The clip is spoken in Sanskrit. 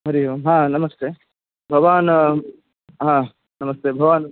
हरि ओम् नमस्ते भवान् नमस्ते भवान्